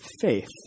faith